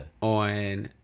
on